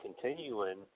continuing